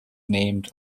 named